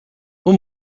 اون